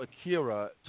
Akira